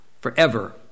forever